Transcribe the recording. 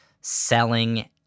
selling